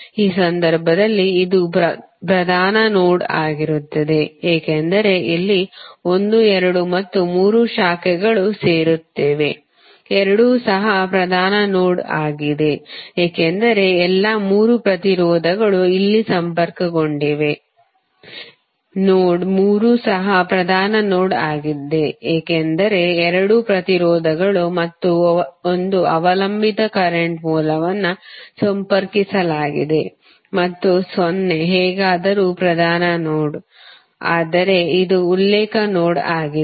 ಈ ಸಂದರ್ಭದಲ್ಲಿ ಇದು ಪ್ರಧಾನ ನೋಡ್ ಆಗಿರುತ್ತದೆ ಏಕೆಂದರೆ ಇಲ್ಲಿ 1 2 ಮತ್ತು 3 ಶಾಖೆಗಳು ಸೇರುತ್ತಿವೆ 2 ಸಹ ಪ್ರಧಾನ ನೋಡ್ ಆಗಿದೆ ಏಕೆಂದರೆ ಎಲ್ಲಾ ಮೂರು ಪ್ರತಿರೋಧಗಳು ಇಲ್ಲಿ ಸಂಪರ್ಕಗೊಂಡಿವೆ ನೋಡ್ 3 ಸಹ ಪ್ರಧಾನ ನೋಡ್ ಆಗಿದೆ ಏಕೆಂದರೆ ಎರಡು ಪ್ರತಿರೋಧಗಳು ಮತ್ತು 1 ಅವಲಂಬಿತ ಕರೆಂಟ್ ಮೂಲವನ್ನು ಸಂಪರ್ಕಿಸಲಾಗಿದೆ ಮತ್ತು 0 ಹೇಗಾದರೂ ಪ್ರಧಾನ ನೋಡ್ ಆದರೆ ಇದು ಉಲ್ಲೇಖ ನೋಡ್ ಆಗಿದೆ